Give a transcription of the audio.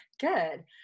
Good